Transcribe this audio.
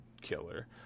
killer